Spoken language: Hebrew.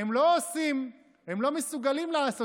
הם לא עושים, הם לא מסוגלים לעשות.